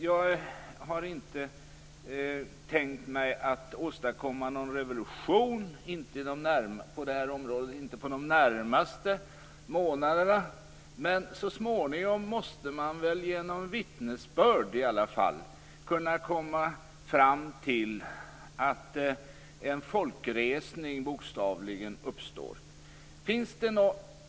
Jag har inte tänkt åstadkomma någon revolution på det här området, inte på de närmaste månaderna. Men så småningom måste man väl genom vittnesbörd kunna komma dithän att en folkresning bokstavligen uppstår.